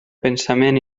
pensament